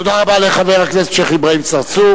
תודה רבה לחבר הכנסת שיח' אברהים צרצור.